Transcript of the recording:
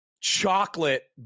chocolate